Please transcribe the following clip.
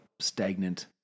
stagnant